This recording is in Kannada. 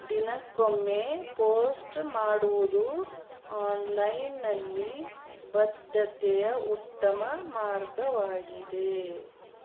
ದಿನಕ್ಕೊಮ್ಮೆ ಪೋಸ್ಟ್ ಮಾಡುವುದು ಒನ್ಲೈನ್ನಲ್ಲಿ ಬದ್ಧತೆಯ ಉತ್ತಮ ಮಾರ್ಗವಾಗಿದೆ